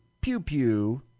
pew-pew